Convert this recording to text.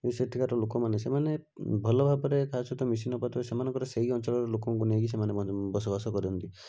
ସେଠିକାର ଲୋକମାନେ ସେମାନେ ଭଲ ଭାବରେ କାହା ସହିତ ମିଶି ନପାରୁଥିବାରୁ ସେମାନଙ୍କର ସେଇ ଅଞ୍ଚଳର ଲୋକଙ୍କୁ ନେଇକି ସେମାନେ ମାନେ ବସବାସ କରନ୍ତି